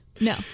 No